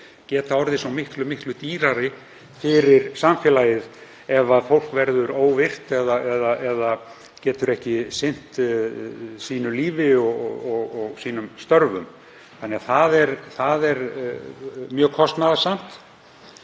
geta orðið svo miklu dýrari fyrir samfélagið; ef fólk verður óvirkt eða getur ekki sinnt sínu lífi og sínum störfum. Það er mjög kostnaðarsamt.